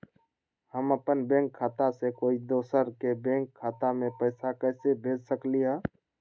हम अपन बैंक खाता से कोई दोसर के बैंक खाता में पैसा कैसे भेज सकली ह?